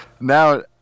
now